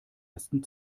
ersten